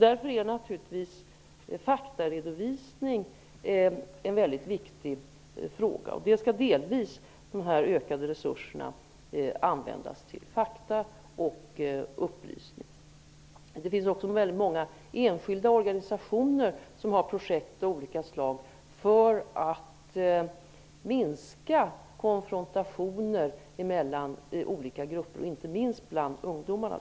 Därför är naturligtvis faktaredovisning en väldigt viktig fråga. De ökade resurserna skall delvis användas till fakta och upplysning. Det finns också väldigt många enskilda organisationer som har projekt av olika slag för att minska konfrontationer mellan olika grupper, inte minst bland ungdomarna.